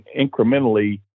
incrementally